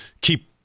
keep